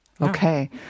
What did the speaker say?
okay